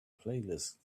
playlist